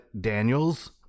Daniels